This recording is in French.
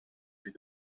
fut